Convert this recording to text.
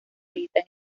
edita